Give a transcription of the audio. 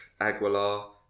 Aguilar